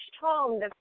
home